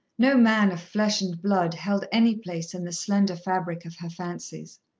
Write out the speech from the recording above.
no man of flesh and blood held any place in the slender fabric of her fancies.